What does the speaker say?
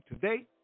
today